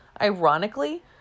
Ironically